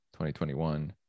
2021